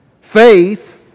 faith